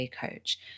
Coach